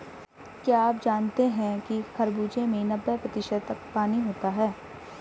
क्या आप जानते हैं कि खरबूजे में नब्बे प्रतिशत तक पानी होता है